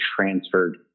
transferred